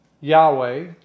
Yahweh